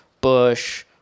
bush